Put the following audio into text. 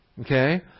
Okay